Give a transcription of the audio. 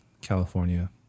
California